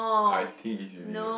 I think it's you right